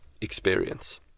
experience